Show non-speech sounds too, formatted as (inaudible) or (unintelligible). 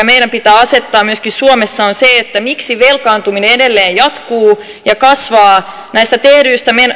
(unintelligible) meidän pitää asettaa myöskin suomessa on miksi velkaantuminen edelleen jatkuu ja kasvaa näistä tehdyistä